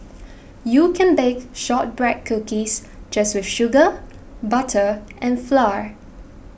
you can bake Shortbread Cookies just with sugar butter and flour